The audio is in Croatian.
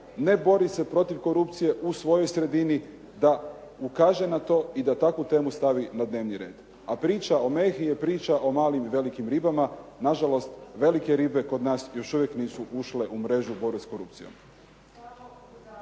ne bori se protiv korupcije u svojoj sredini da ukaže na to i da takvu temu stavi na dnevni red, a priča o Mehi je priča o malim i velikim ribama. Na žalost velike ribe kod nas još uvijek nisu ušle u mrežu borbe s korupcijom.